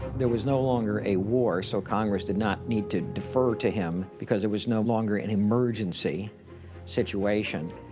there was no longer a war. so congress did not need to defer to him. because it was no longer an emergency situation.